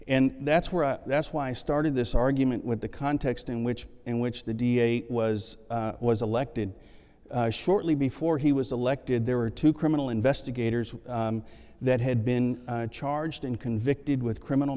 and that's where that's why i started this argument with the context in which in which the d a was was elected shortly before he was elected there were two criminal investigators that had been charged and convicted with criminal